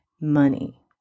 money